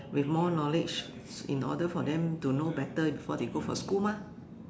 with more knowledge in order for them to know better before they go for school mah